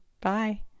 bye